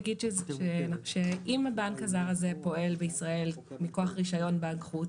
אני רק אגיד שאם הבנק הזר הזה פועל בישראל מכוח רישיון בנק חוץ,